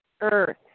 earth